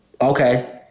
okay